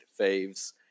faves